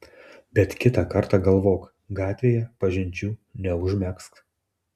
bet kitą kartą galvok gatvėje pažinčių neužmegzk